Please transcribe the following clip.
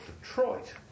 Detroit